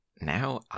now